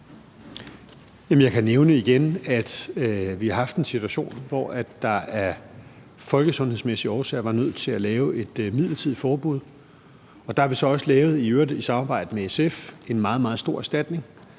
jeg kan igen nævne, at vi har haft en situation, hvor vi af folkesundhedsmæssige årsager var nødt til at lave et midlertidigt forbud. Og der har vi så også, i øvrigt i samarbejde med SF, lavet en aftale